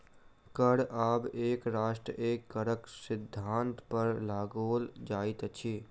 कर आब एक राष्ट्र एक करक सिद्धान्त पर लगाओल जाइत अछि